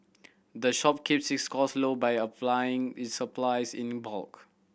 the shop keeps its cost low by a plan its supplies in bulk